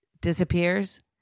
Disappears